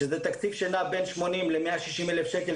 שזה תקציב שנע בין 80 ל-160,000 שקל,